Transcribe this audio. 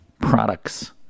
products